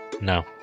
No